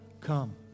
come